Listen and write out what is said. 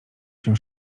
się